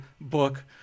book